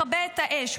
מכבה את האש,